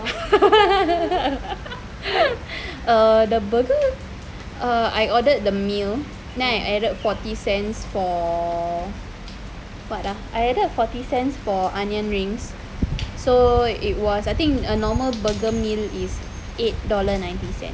err the burger err I ordered the meal then I added forty cents for what ah I added forty cents for onion rings so it was I think a normal burger meal is eight dollar ninety cent